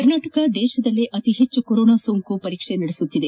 ಕರ್ನಾಟಕ ದೇಶದಲ್ಲೇ ಅತಿ ಹೆಚ್ಚು ಕೊರೊನಾ ಸೋಂಕು ಪರೀಕ್ಷೆ ನಡೆಸುತ್ತಿದೆ